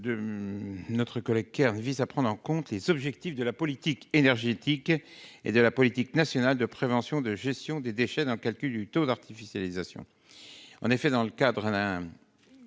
Cet amendement vise à prendre en compte les objectifs de la politique énergétique et de la politique nationale de prévention et de gestion des déchets dans le calcul du taux d'artificialisation